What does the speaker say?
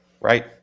Right